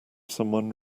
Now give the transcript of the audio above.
someone